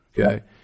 okay